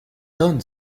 tone